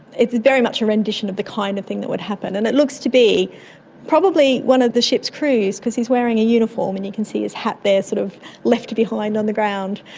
it's very much a rendition of the kind of thing that would happen. and it looks to be probably one of the ship's crew because he is wearing a uniform and you can see his hat there sort of left behind on the ground,